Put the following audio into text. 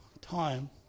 time